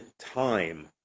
time